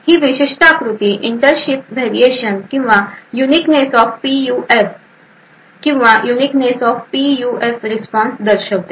ही विशिष्ट आकृती interchip variation किंवा युनिकनेस ऑफ पीयूएफ विशिष्टता किंवा युनिकनेस ऑफ पीयूएफ रिस्पॉन्स दर्शवते